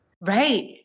Right